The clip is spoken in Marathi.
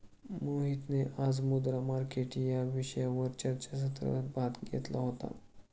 मोहितने आज मुद्रा मार्केट या विषयावरील चर्चासत्रात भाग घेतला होता